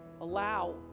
allow